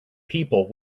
people